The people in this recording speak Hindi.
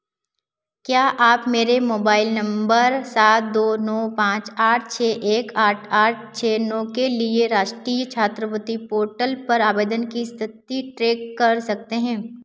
क्या आप मेरे मोबाइल नंबर सात दो नौ पाँच आठ छः एक आठ आठ छः नौ के लिए राष्ट्रीय छात्रवृत्ति पोर्टल पर आवेदन की स्थिति ट्रेक कर सकते हैं